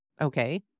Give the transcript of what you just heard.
Okay